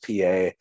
PA